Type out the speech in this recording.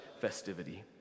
festivity